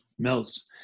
melts